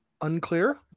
Unclear